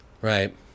Right